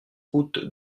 route